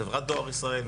חברת דואר ישראל,